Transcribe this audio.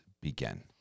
begin